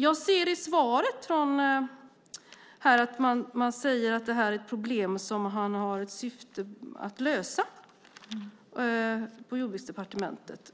Jag ser i svaret att man säger att det är ett problem som man har som syfte att lösa på Jordbruksdepartementet.